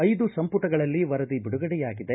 ಐದು ಸಂಪುಟಗಳಲ್ಲಿ ವರದಿ ಬಿಡುಗಡೆಯಾಗಿದೆ